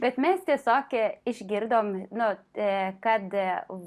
bet mes tiesiog išgirdom nu kad